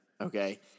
Okay